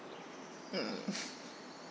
mm